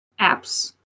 apps